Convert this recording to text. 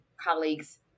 colleagues